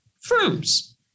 firms